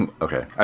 okay